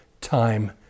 time